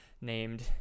named